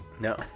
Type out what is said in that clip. no